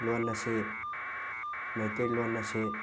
ꯂꯣꯟ ꯑꯁꯤ ꯃꯩꯇꯩꯂꯣꯟ ꯑꯁꯤ